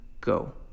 go